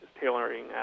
tailoring